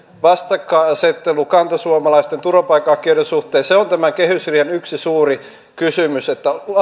vastakkainasettelu kantasuomalaisten ja turvapaikanhakijoiden suhteen se on tämän kehysriihen yksi suuri kysymys